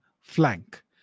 flank